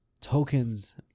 tokens